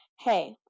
Hey